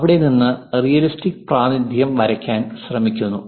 അവിടെ നിന്ന് റിയലിസ്റ്റിക് പ്രാതിനിധ്യം വരയ്ക്കാൻ ശ്രമിക്കുന്നു